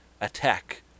attack